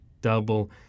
double